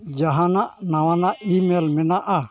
ᱡᱟᱦᱟᱱᱟᱜ ᱱᱟᱣᱟᱱᱟᱜ ᱤᱢᱮᱞ ᱢᱮᱱᱟᱜᱼᱟ